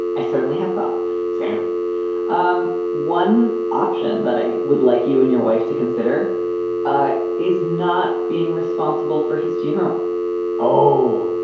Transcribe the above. i certainly have the same um one option that i would like you and your wife to consider ah is not being responsible for his general oh,